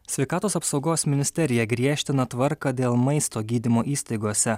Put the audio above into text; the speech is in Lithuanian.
sveikatos apsaugos ministerija griežtina tvarką dėl maisto gydymo įstaigose